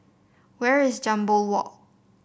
where is Jambol Walk